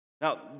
Now